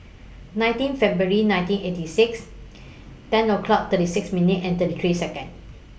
nineteen February nineteen eighty six ten o'clock thirty six minutes and thirty three Seconds